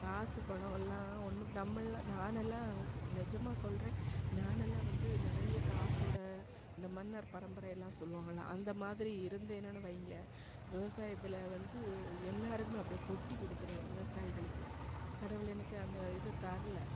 காசு பணம் எல்லாம் ஒன்றும் நம்மள்ல நானெல்லாம் நிஜமா சொல்லுறேன் நான் நல்லா வந்து நிறைய காசோட இந்த மன்னர் பரம்பரை எல்லாம் சொல்வாங்கள்ல அந்தமாதிரி இருந்தேனுன்னு வைங்க விவசாயத்தில் வந்து எல்லாருக்குமே அப்படியே கொட்டி கொடுத்துருவேன் விவசாயிகளுக்கு கடவுள் எனக்கு அந்த இதை தரல